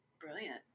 brilliant